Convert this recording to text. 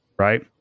right